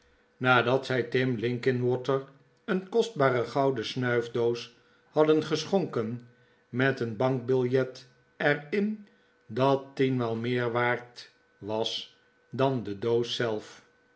nadat zij tim linkinwater een kostbare gouden snuifdoos hadden geschonken met een bankbiljet er in dat tienmaal meer waard was dan de doos zelf